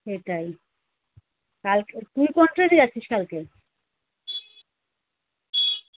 সেটাই কালকে তুই কোন ট্রেনে যাচ্ছিস কালকে